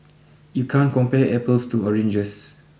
you can't compare apples to oranges